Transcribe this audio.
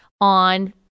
on